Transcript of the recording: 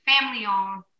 family-owned